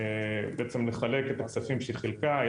יחס החוב ותוצר אמנם עלה,